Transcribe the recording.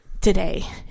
today